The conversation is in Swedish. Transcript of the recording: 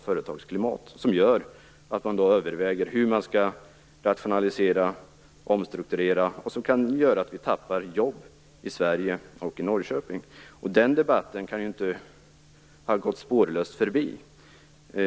Det gör att man överväger hur man skall rationalisera och omstrukturera, och det kan innebära att vi tappar jobb i Sverige och i Norrköping. Den debatten kan inte ha gått spårlöst förbi.